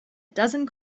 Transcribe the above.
dozen